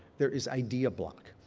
there is idea block.